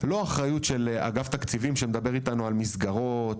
לא אחריות של אגף תקציבים שמדבר איתנו על מסגרות,